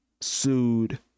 sued